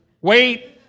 Wait